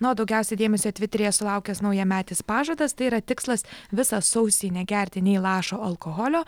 na o daugiausia dėmesio tviteryje sulaukęs naujametis pažadas tai yra tikslas visą sausį negerti nei lašo alkoholio